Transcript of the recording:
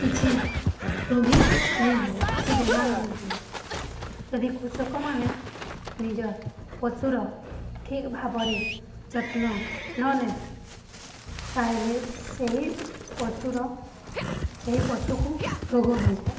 କିଛି ରୋଗୀ ନାଇଁ ହୁଏ କି ବେମାର ନାଇଁ ହୁଏ ଯଦି କୃଷକମାନେ ନିଜର ପଶୁର ଠିକ୍ ଭାବରେ ଯତ୍ନ ନ ନେବେ ତାହେଲେ ସେହି ପଶୁର ସେହି ପଶୁକୁ ରୋଗ ହୋଇଯାଏ